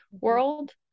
world